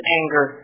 anger